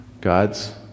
God's